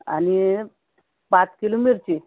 आणि पाच किलो मिरची